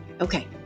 Okay